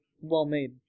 well-made